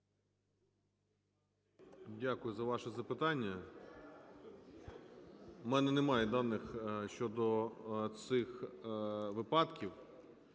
Дякую за ваше запитання. В мене немає даних щодо цих випадків.